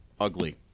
ugly